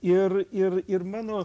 ir ir ir mano